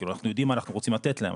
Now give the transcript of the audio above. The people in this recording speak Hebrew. אנחנו יודעים מה אנחנו רוצים לתת להם.